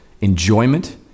enjoyment